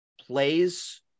plays